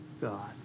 God